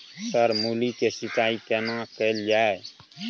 Sir मूली के सिंचाई केना कैल जाए?